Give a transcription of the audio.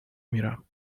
میرم